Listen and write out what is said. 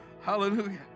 hallelujah